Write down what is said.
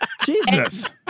Jesus